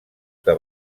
que